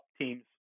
teams